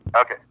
Okay